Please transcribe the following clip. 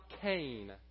Cain